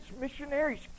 missionaries